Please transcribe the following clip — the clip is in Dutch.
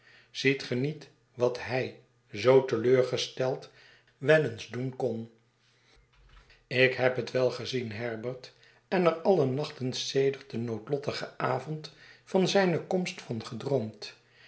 ge niet wat hij zoo te leur gesteld wel eens doen kon ik heb het wel gezien herbert en er alle nachten sedert den noodlottigen avond van zijne komst van gedroomd